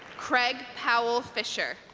craig powell fischer